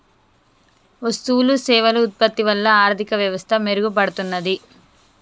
వస్తువులు సేవలు ఉత్పత్తి వల్ల ఆర్థిక వ్యవస్థ మెరుగుపడుతున్నాది